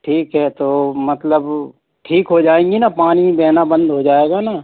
ठीक है तो मतलब ठीक हो जाएँगी ना पानी बहना बंद हो जाएगा ना